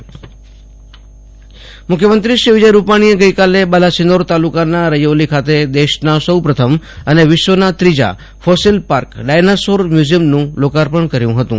આસુતોષ અંતાણી મુખ્યમંત્રી વિજય રૂપાણીએ ગઈકાલે બાલાસિનોર તાલુકાના રૈયોલી ગામે દેશના સૌપ્રથમ અને વિશ્વના ત્રીજા ફોસીલ પાર્ક ડાયનાસોર મ્યુઝિયમનું લોકાર્પણ કર્યું હતું